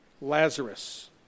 Lazarus